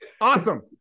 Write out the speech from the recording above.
Awesome